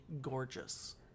gorgeous